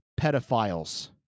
pedophiles